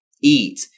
eat